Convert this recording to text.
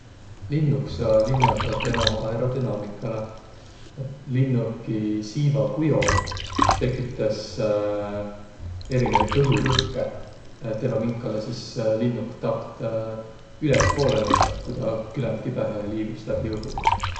Linnuk saa linnadaq teno aerodünaamikalõ. Et linnuki siiva kujo tekütäs erinevit õhurõhkõ, teno minkalõ sis linnuk taht ülespoolõ nõstaq, ku tä küländ kibõhõhe liigus läbi õhu.